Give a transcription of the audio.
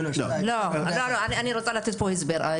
לא, אני רוצה לתת פה הסבר.